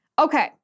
Okay